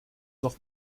doch